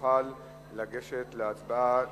שנוכל לגשת להצבעה